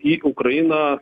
į ukrainą